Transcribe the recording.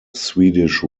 swedish